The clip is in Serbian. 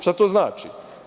Šta to znači?